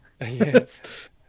Yes